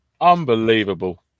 Unbelievable